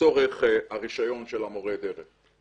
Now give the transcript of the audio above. לצורך הרישיון של מורה הדרך.